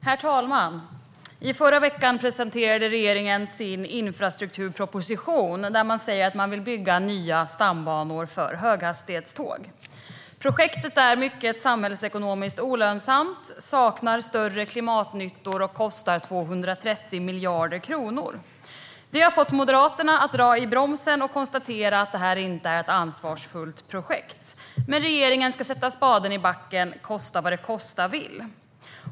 Herr talman! I förra veckan presenterade regeringen sin infrastrukturproposition där man säger att man vill bygga nya stambanor för höghastighetståg. Projektet är mycket samhällsekonomiskt olönsamt, saknar större klimatnyttor och kostar 230 miljarder kronor. Det har fått Moderaterna att dra i bromsen och konstatera att det här inte är ett ansvarsfullt projekt. Men regeringen ska sätta spaden i backen kosta vad det kosta vill.